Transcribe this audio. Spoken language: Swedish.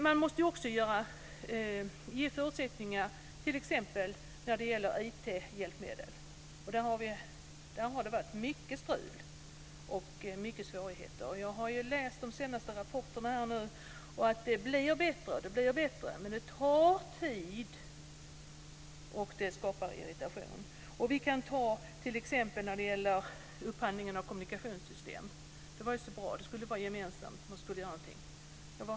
Man måste också ge förutsättningar t.ex. när det gäller IT-hjälpmedel. Här har det varit mycket strul och svårigheter. Jag har läst de senaste rapporterna och att det blir bättre, men det tar tid, och det skapar irritation. T.ex. skulle ju den gemensamma upphandlingen av kommunikationssystem vara så bra. Men vad händer? Nu står vi där.